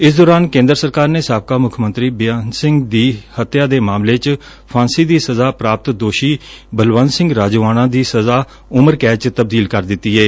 ਇਸ ਦੌਰਾਨ ਕੇਂਦਰ ਸਰਕਾਰ ਨੇ ਸਾਬਕਾ ਮੁੱਖ ਮੰਤਰੀ ਬੇਅੰਤ ਸਿੰਘ ਹੱਤਿਆ ਦੇ ਮਾਮਲੇ 'ਚ ਫਾਂਸੀ ਦੀ ਸਜ਼ਾ ਪੁਾਪਤ ਦੋਸ਼ੀ ਬਲਵੰਤ ਸਿੰਘ ਰਾਜੋਆਣਾ ਦੀ ਸਜ਼ਾ ਉਮਰ ਕੈਦ 'ਚ ਤਬਦੀਲ ਕਰ ਦਿੱਤੀ ਏ